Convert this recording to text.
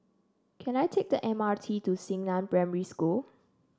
can I take the M R T to Xingnan Primary School